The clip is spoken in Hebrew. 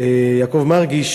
יעקב מרגי,